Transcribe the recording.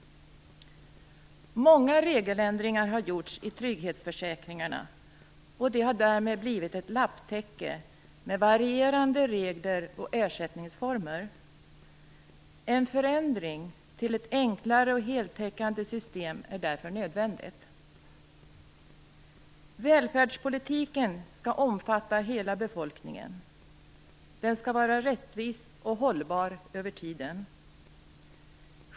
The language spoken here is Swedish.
Många regeländringar har gjorts i trygghetsförsäkringarna, och de har därmed blivit ett lapptäcke med varierande regler och ersättningsformer. En förändring till ett enklare och mer heltäckande system är därför nödvändig. Välfärdspolitiken skall omfatta hela befolkningen. Den skall vara rättvis och hållbar över tiden.